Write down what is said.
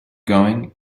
going